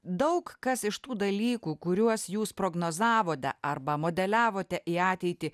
daug kas iš tų dalykų kuriuos jūs prognozavote arba modeliavote į ateitį